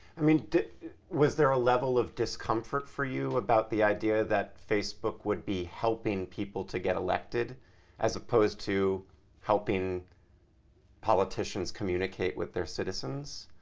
i mean was there a level of discomfort for you about the idea that facebook would be helping people to get elected as opposed to helping politicians communicate with their citizens?